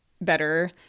better